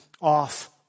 off